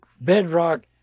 bedrock